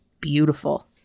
beautiful